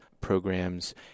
programs